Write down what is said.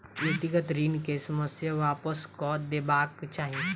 व्यक्तिगत ऋण के ससमय वापस कअ देबाक चाही